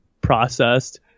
processed